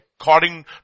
according